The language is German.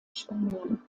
spanien